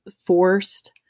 forced